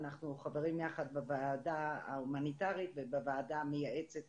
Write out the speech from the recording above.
אנחנו חברים יחד בוועדה ההומניטרית ובוועדה המייעצת